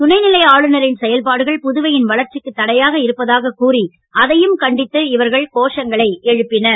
துணைநிலை ஆளுனரின் செயல்பாடுகள் புதுவையின் வளர்ச்சிக்கு தடையாக இருப்பதாகக் கூறி அதையும் கண்டித்து இவர்கள் கோஷங்களை எழுப்பினர்